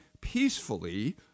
peacefully